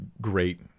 great